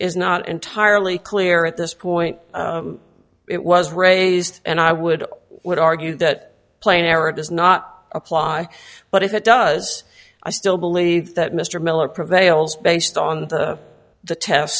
is not entirely clear at this point it was raised and i would would argue that plain error does not apply but if it does i still believe that mr miller prevails based on the t